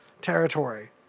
territory